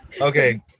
Okay